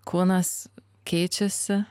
kūnas keičiasi